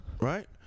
right